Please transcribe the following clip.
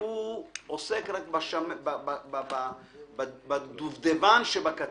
הוא עוסק רק בדובדבן שבקצפת,